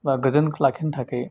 बा गोजोन लाखिनो थाखाय